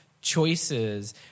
choices